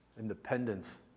Independence